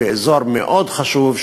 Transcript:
באזור מאוד חשוב,